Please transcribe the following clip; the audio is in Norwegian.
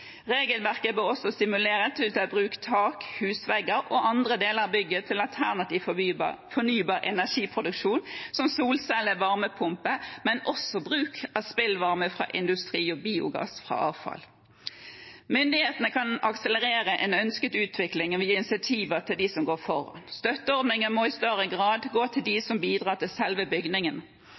Regelverket bør også stimulere til å ta i bruk tak, husvegger og andre deler av bygget til alternativ fornybar energiproduksjon, som solceller og varmepumper, men også bruk av spillvarme fra industri og biogass fra avfall. Myndighetene kan akselerere en ønsket utvikling ved å gi insentiver til dem som går foran. Støtteordninger må i større grad gå til dem som bidrar til selve